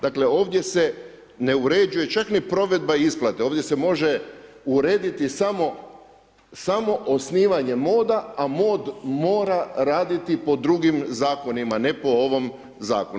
Dakle ovdje se ne uređuje čak ni provedba isplate, ovdje se može urediti samo osnivanje mod a mod mora raditi po drugim zakonima, ne po ovom zakonu.